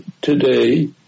today